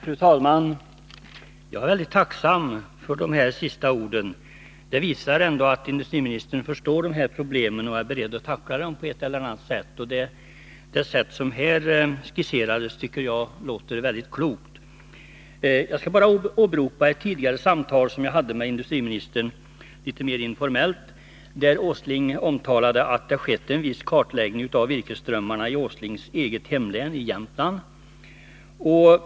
Fru talman! Jag är mycket tacksam för de senaste orden. De visar ändå att" industriministern förstår dessa problem och är beredd att tackla dem på ett eller annat sätt. Och det sätt som här skisserades tycker jag låter mycket klokt. Jag skall bara åberopa ett tidigare samtal som jag hade med industriministern litet mer informellt. Herr Åsling omtalade då att det skett en viss kartläggning av virkesströmmarna i herr Åslings eget hemlän, Jämtland.